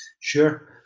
Sure